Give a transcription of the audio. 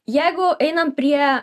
jeigu einam prie